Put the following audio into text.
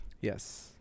Yes